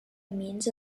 means